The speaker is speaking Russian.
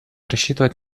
рассчитывать